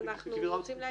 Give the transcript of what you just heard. אז אנחנו רוצים להגיב.